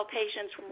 patients